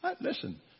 Listen